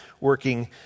working